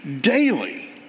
daily